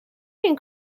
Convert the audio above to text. این